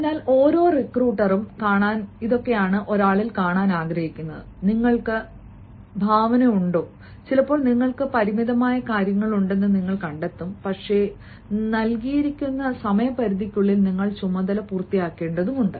അതിനാൽ ഓരോ റിക്രൂട്ടറും കാണാൻ ആഗ്രഹിക്കുന്നു നിങ്ങൾക്ക് സർഗ്ഗാത്മകത ഭാവന ഉണ്ടോ ചിലപ്പോൾ നിങ്ങൾക്ക് പരിമിതമായ കാര്യങ്ങൾളുണ്ടെന്ന് നിങ്ങൾ കണ്ടെത്തും പക്ഷേ നൽകിയിരിക്കുന്ന സമയപരിധിക്കുള്ളിൽ നിങ്ങൾ ചുമതല പൂർത്തിയാക്കേണ്ടതുണ്ട്